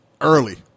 Early